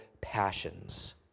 passions